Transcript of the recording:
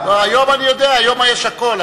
אני יודע, היום יש הכול.